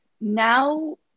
now